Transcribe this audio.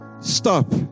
stop